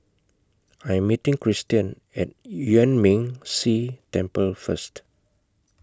I'm meeting Cristian At Yuan Ming Si Temple First